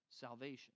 salvation